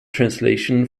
translation